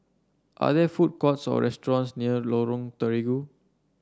are there food courts or restaurants near Lorong Terigu